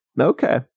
Okay